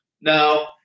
No